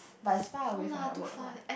but is far away from your work lah